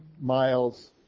miles